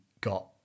got